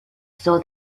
saw